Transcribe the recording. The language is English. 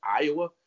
Iowa